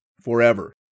forever